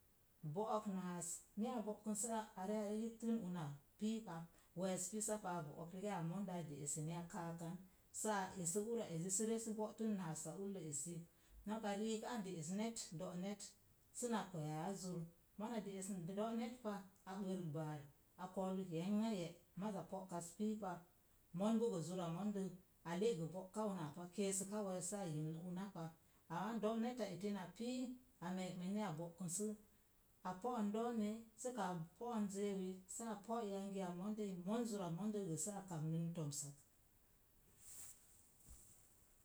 Bo'ok naas, ni a bo'kən sə a are yiptən unak piipa, wees pisapa a bo'ok rigaya, a mondə a de'es eni a kaakan saa esə ura ezi sə re bo'tən naas a ullə esi. Noka riik a de'es net, do'net sə na kwee aa zur. Mona de'es do'net pa, a bərək baar, a koolək yenŋye’ maza po'kaz piipa. Mon bo gə zura mondəl, a le'gə bo'ka una pa, keesəka wees saa yimm una pa. Amaa donet a eti na pii, a meekmen ni a bo'kən sə a po'on doomei, sə gə a po'on jeewi, saa po’ yangiya mondəi. Mon zura mondəl gə saa kamnən toms sak